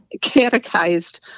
catechized